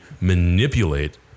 manipulate